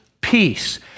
peace